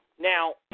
Now